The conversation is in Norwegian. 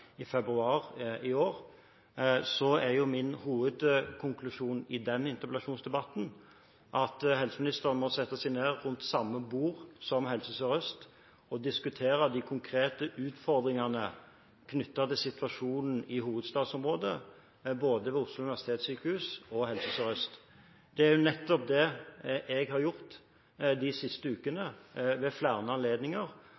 i februar i år. Min hovedkonklusjon i den interpellasjonsdebatten var jo at helseministeren måtte sette seg ned ved samme bord som Helse Sør-Øst og diskutere de konkrete utfordringene knyttet til situasjonen i hovedstadsområdet, både ved Oslo universitetssykehus og Helse Sør-Øst. Det er nettopp det jeg har gjort de siste